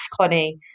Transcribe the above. Connie